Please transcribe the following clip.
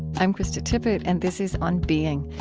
i'm krista tippett, and this is on being.